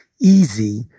easy